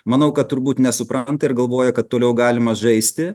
manau kad turbūt nesupranta ir galvoja kad toliau galima žaisti